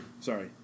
Sorry